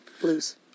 Blues